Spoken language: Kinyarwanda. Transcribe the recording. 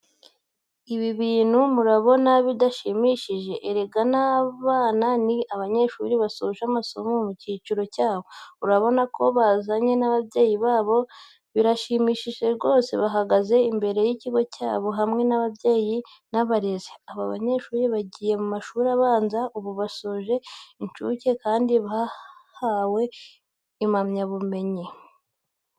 Ibi bintu murabona bidashimishije, erega n'aba ni abanyeshuri basoje amasomo mu kiciro cyabo, urabona ko bazanye n'ababyeyi babo, birashimishije rwose bahagaze imbere y'ikigo cyabo, hamwe n'ababyeyi n'abarezi. Aba banyeshuri bagiye mu mashuri abanza ubu bashoje ay'incuke kandi bahavanye ubumenyi bwinshi.